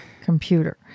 computer